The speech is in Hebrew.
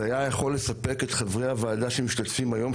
זה היה יכול לספק את חברי הוועדה שמשתתפים היום,